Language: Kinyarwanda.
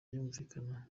yumvikana